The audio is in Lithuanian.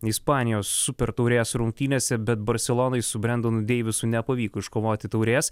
ispanijos super taurės rungtynėse bet barselonai su brendonu deivisu nepavyko iškovoti taurės